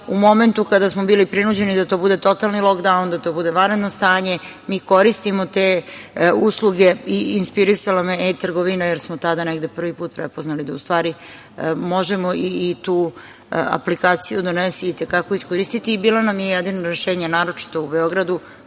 u momentu kada smo bili prinuđeni da to bude totalni lokdaun, da to bude vanredno stanje. Mi koristimo te usluge i inspirisala me je e-trgovina, jer smo tada negde prvi put prepoznali da u stvari možemo i tu aplikaciju – „Donesi“ i te kako iskoristiti i bilo nam je jedino rešenje, naročito u Beogradu.